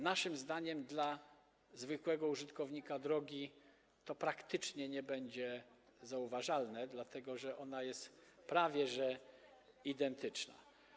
Naszym zdaniem dla zwykłego użytkownika drogi to praktycznie nie będzie zauważalne, dlatego że ona jest prawie identyczna.